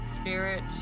Spirit